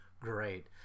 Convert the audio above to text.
great